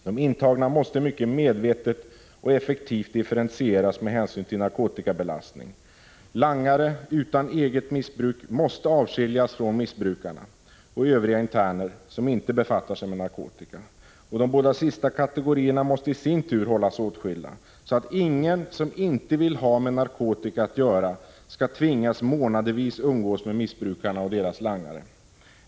De intagna måste medvetet och effektivt differentieras med hänsyn till narkotikabelastning. Langare utan eget missbruk måste avskiljas från missbrukarna och övriga interner, som inte befattar sig med narkotika. De senare kategorierna måste i sin tur hållas åtskilda, så att ingen som inte vill ha med narkotika att göra skall tvingas månadsvis umgås med missbrukarna och deras langare.